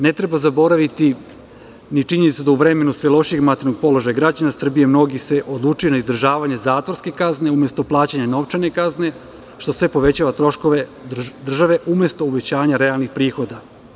Ne treba zaboraviti činjenicu da, u vremenu sve lošijeg materijalnog položaja građana Srbije, mnogi se odlučuju na izdržavanje zatvorske kazne umesto plaćanja novčane kazne, što sve povećava troškove države, umesto uvećanja realnih prihoda.